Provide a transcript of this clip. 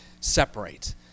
separate